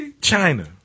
China